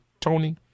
Tony